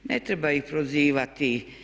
Ne treba ih prozivati.